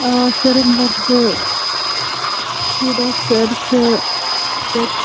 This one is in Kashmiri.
آ سُریندر چھِ سیٖبا سَر چھِ توتہِ